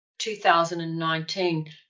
2019